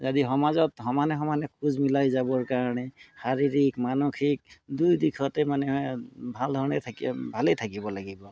যদি সমাজত সমানে সমানে খোজ মিলাই যাবৰ কাৰণে শাৰীৰিক মানসিক দুই দিশতে মানে ভাল ধৰণে থাকিব ভালেই থাকিব লাগিব